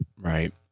Right